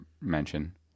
mention